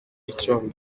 icyondo